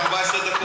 יש לך 14 דקות.